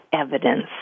evidence